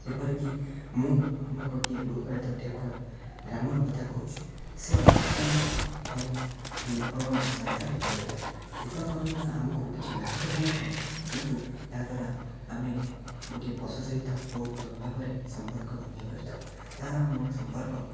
ଯେପରିକି ମୁଁ ମୋର ଗୋଟିଏ ଗୃହପାଳିତ ଠେକୁୁଆ ରାମର କଥା କହୁଛି ସେ ଅତ୍ୟନ୍ତ ଭଲ ଏବଂ ଶାନ୍ତ ଠେକୁଆଟେ ଥିଲା ଠେକୁଆ ପାଳନ ଦ୍ୱାରା ଆମକୁ କିଛି ଲାଭ ତ ହୋଇନଥାଏ କିନ୍ତୁ ଏହାଦ୍ୱାରା ଆମେ ଗୋଟିଏ ପଶୁ ସହିତ ବହୁତ ଭଲ ଭାବରେ ସମ୍ପର୍କ ମାନେ ପାରିଥାଉ ତା'ର ମୋର ସମ୍ପର୍କ